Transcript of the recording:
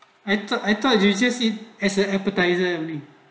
I thought I thought you just say as an appetizer meh